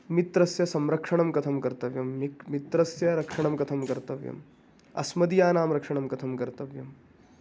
मित्रस्य संरक्षणं कथं कर्तव्यं मित् मित्रस्य रक्षणं कथं कर्तव्यम् अस्मदीयानां रक्षणं कथं कर्तव्यम्